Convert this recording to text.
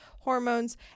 hormones